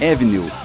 Avenue